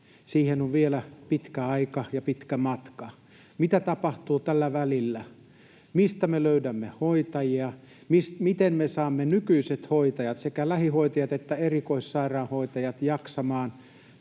Siihen on vielä pitkä aika ja pitkä matka. Mitä tapahtuu tällä välillä? Mistä me löydämme hoitajia? Miten me saamme nykyiset hoitajat, sekä lähihoitajat että erikoissairaanhoitajat, jaksamaan